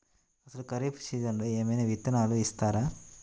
అసలు ఖరీఫ్ సీజన్లో ఏమయినా విత్తనాలు ఇస్తారా?